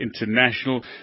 international